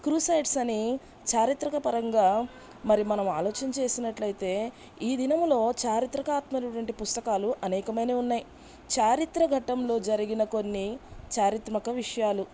crusades అని చారిత్రక పరంగా మరి మనం ఆలోచన చేసినట్లయితే ఈ దినంలో చారిత్రకాత్మలు ఉన్నటువంటి పుస్తకాలు అనేకమైనవి ఉన్నాయి చారిత్ర ఘట్టంలో జరిగిన కొన్ని చారిత్మక విషయాలు